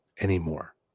anymore